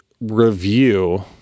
review